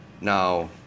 now